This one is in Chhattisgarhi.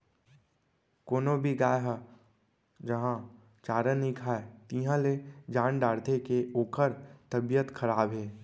कोनो भी गाय ह जहॉं चारा नइ खाए तिहॉं ले जान डारथें के ओकर तबियत खराब हे